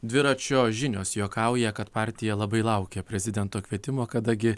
dviračio žinios juokauja kad partija labai laukia prezidento kvietimo kada gi